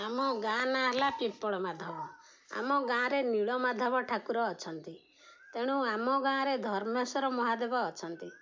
ଆମ ଗାଁ ନାଁ ହେଲା ପିମ୍ପଳ ମାଧବ ଆମ ଗାଁରେ ନୀଳମାଧବ ଠାକୁର ଅଛନ୍ତି ତେଣୁ ଆମ ଗାଁରେ ଧର୍ମେଶ୍ୱର ମହାଦେବ ଅଛ